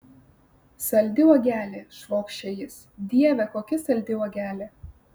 saldi uogelė švokščia jis dieve kokia saldi uogelė